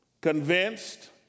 convinced